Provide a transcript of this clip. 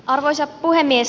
arvoisa puhemies